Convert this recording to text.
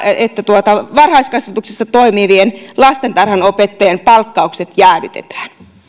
että varhaiskasvatuksessa toimivien lastentarhanopettajien palkkaukset jäädytetään